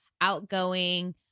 outgoing